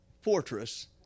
fortress